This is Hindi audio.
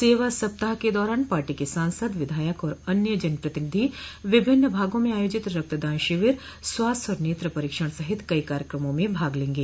सेवा सप्ताह के दौरान पार्टी के सांसद विधायक और अन्य जनप्रतिनिधि विभिन्न भागों में आयोजित रक्तदान शिविर स्वास्थ्य और नेत्र परीक्षण सहित कई कार्यकमों में भाग लेंगे